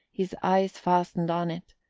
his eyes fastened on it,